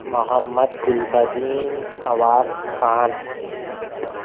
Muhammad Gul Badin Fawaz Khan